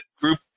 group